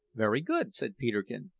very good, said peterkin,